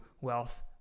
wealth